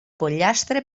pollastre